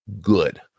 good